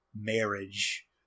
marriage